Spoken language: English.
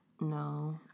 No